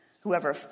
Whoever